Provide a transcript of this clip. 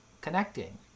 connecting